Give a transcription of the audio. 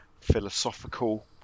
philosophical